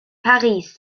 paris